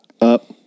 Up